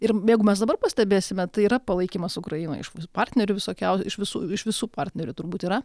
ir jeigu mes dabar pastebėsime tai yra palaikymas ukrainai iš partnerių visokiau iš visų iš visų partnerių turbūt yra